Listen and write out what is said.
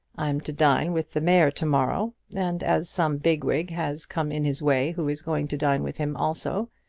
i'm to dine with the mayor to-morrow, and as some big-wig has come in his way who is going to dine with him also,